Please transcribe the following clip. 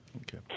Okay